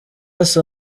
asa